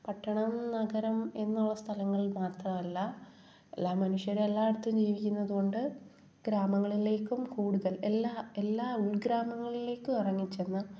പട്ടണം നഗരം എന്നുള്ള സ്ഥലങ്ങളിൽ മാത്രമല്ല എല്ലാ മനുഷ്യരും എല്ലായിടത്തും ജീവിക്കുന്നത് കൊണ്ട് ഗ്രാമങ്ങളിലേക്കും കൂടുതൽ എല്ലാ എല്ലാ ഉൾഗ്രാമങ്ങളിലേക്ക് ഇറങ്ങി ചെന്ന്